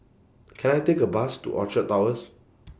Can I Take A Bus to Orchard Towers